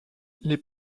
les